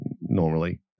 normally